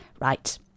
Right